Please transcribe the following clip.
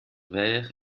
verre